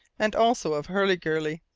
and also of hurliguerly.